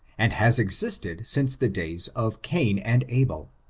and has existed since the days of cain and abel.